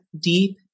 deep